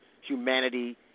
humanity